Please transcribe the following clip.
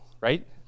right